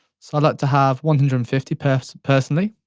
so i like to have one hundred and fifty perfs, personally.